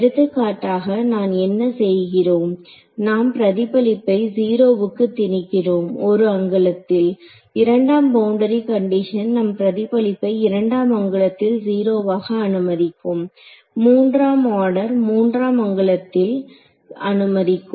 எடுத்துக்காட்டாக நாம் என்ன செய்கிறோம் நாம் பிரதிபலிப்பை 0 வுக்கு திணிக்கிறோம் 1 அங்குலத்தில் இரண்டாம் பவுண்டரி கண்டிஷன் நம் பிரதிபலிப்பை இரண்டாம் அங்குலத்தில் 0 வாக அனுமதிக்கும் 3 ஆர்டர் 3 அங்குலத்தில் அனுமதிக்கும்